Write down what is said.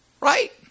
right